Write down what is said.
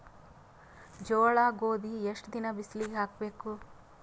ಜೋಳ ಗೋಧಿ ಎಷ್ಟ ದಿನ ಬಿಸಿಲಿಗೆ ಹಾಕ್ಬೇಕು?